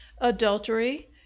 Adultery